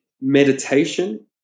meditation